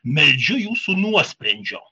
meldžiu jūsų nuosprendžio